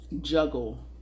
juggle